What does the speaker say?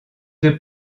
deux